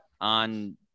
on